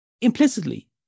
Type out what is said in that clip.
implicitly